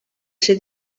ser